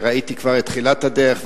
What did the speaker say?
ראיתי כבר את תחילת הדרך .